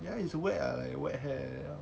ya it's wet lah wet hair ya